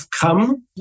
come